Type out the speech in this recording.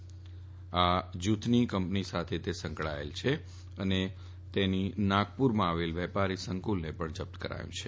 નાયબ જુથની કંપની સાથે તે સંકળાયેલ છે અને તેની નાગપુરમાં આવેલી વેપારી સંકુલને પણ જપ્ત કરાયું છે